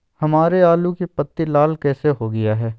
हमारे आलू की पत्ती लाल कैसे हो गया है?